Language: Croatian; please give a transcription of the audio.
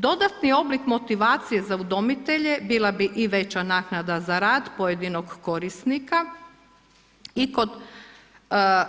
Dodatni oblik motivacije za udomitelje bila bi i veća naknada za rad pojedinog korisnika i kod